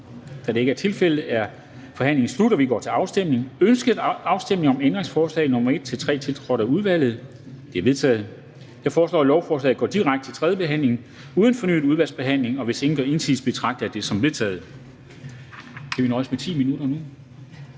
Kl. 16:41 Afstemning Formanden (Henrik Dam Kristensen): Ønskes afstemning om ændringsforslag nr. 1-3, tiltrådt af udvalget? De er vedtaget. Jeg foreslår, at lovforslaget går direkte til tredje behandling uden fornyet udvalgsbehandling. Hvis ingen gør indsigelse, betragter jeg det som vedtaget.